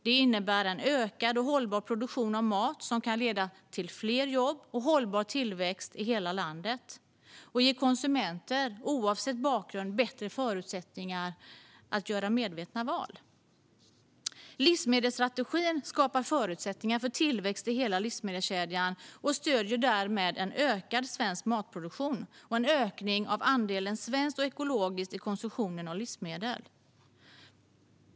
Det innebär en ökad och hållbar produktion av mat, vilket kan leda till fler jobb och hållbar tillväxt i hela landet och ge konsumenter, oavsett bakgrund, bättre förutsättningar att göra medvetna val. Livsmedelsstrategin skapar förutsättningar för tillväxt i hela livsmedelskedjan och stöder därmed en ökad svensk matproduktion och en ökning av andelen svenskt och ekologiskt i konsumtionen av livsmedel.